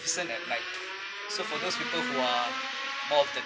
~ficant at night so for those people who are more of the